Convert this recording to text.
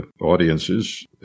audiences